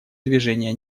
движения